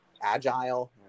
agile